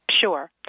Sure